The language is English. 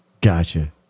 Gotcha